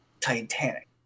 Titanic